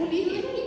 boleh